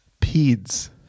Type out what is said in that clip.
peds